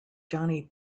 johnny